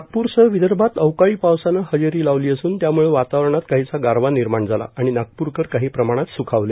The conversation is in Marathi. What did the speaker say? नागपूरसह विदर्भात अवकाळी पावसानं हजेरी लावली असून त्यामुळं वातावरणात काहीसा गारवा निर्माण झाला आणि नागपूरकर काही प्रमाणात सुखावले